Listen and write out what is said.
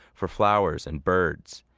for flowers and birds.